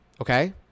okay